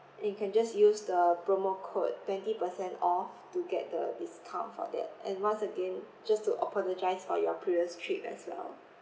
and you can just use the promo code twenty percent off to get the discount for that and once again just to apologise for your previous trip as well